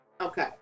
Okay